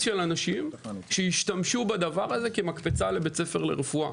של אנשים שישתמשו בדבר הזה כמקפצה לבית ספר לרפואה.